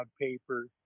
paper